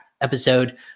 episode